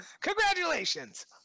congratulations